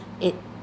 it